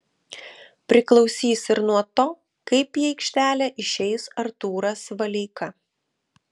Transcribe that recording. priklausys ir nuo to kaip į aikštelę išeis artūras valeika